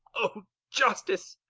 o justice!